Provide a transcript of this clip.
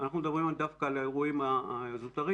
אנחנו מדברים דווקא על האירועים הזוטרים